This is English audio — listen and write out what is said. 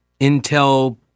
intel